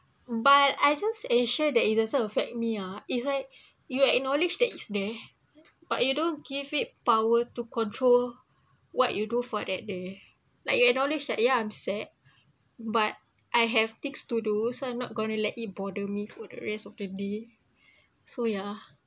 but I just ensure that it doesn't affect me ah it's like you acknowledged that it's there but you don't give it power to control what you do for that day like you acknowledge that ya I'm sad but I have things to do so I'm not going to let it bother me for the rest of the day so yeah